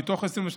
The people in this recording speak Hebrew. מתוך 23